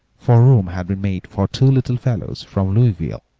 for room had been made for two little fellows from louisville,